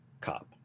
cop